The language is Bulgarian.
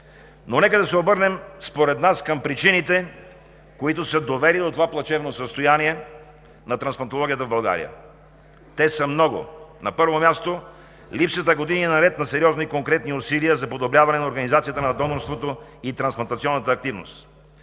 отговор. Да се обърнем според нас към причините, които са довели до това плачевно състояние на трансплантологията в България – те са много. На първо място, години наред липсата на сериозни и конкретни усилия за подобряване на организацията на донорството и трансплантационната активност.